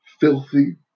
filthy